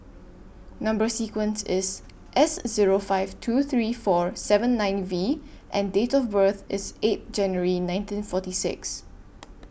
Number sequence IS S Zero five two three four seven nine V and Date of birth IS eight January nineteen forty six